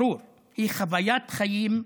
ברור, היא חוויית חיים,